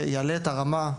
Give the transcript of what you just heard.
זה יעלה את הרמה,